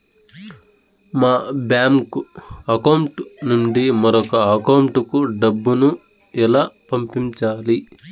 మా bank account నుండి మరొక అకౌంట్ కు డబ్బును ఎలా పంపించాలి